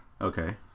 okay